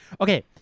Okay